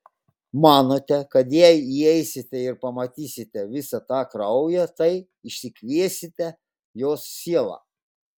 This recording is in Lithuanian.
manote kad jei įeisite ir pamatysite visą tą kraują tai išsikviesite jos sielą